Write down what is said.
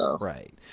Right